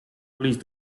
please